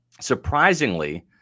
surprisingly